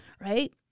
Right